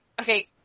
okay